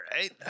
right